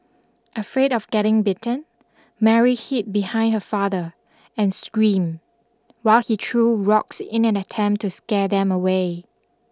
afraid of getting bitten Mary hid behind her father and screamed while he threw rocks in an attempt to scare them away